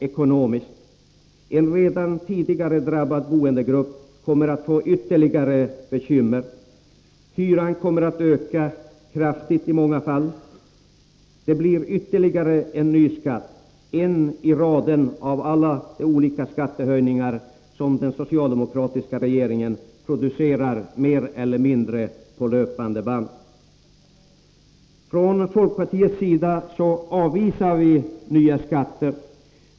En redan tidigare drabbad boendegrupp kommer att få ytterligare bekymmer. Hyrorna kommer i många fall att höjas kraftigt. Det blir alltså ytterligare en ny skatt, en i raden bland alla skatter och skattehöjningar som den socialdemokratiska regeringen producerar mer - Nr 11 eller mindre på löpande band. Torsdagen den Från folkpartiets sida avvisar vi nya skatter.